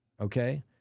okay